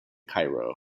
cairo